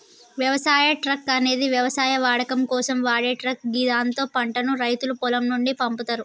వ్యవసాయ ట్రక్ అనేది వ్యవసాయ వాడకం కోసం వాడే ట్రక్ గిదాంతో పంటను రైతులు పొలం నుండి పంపుతరు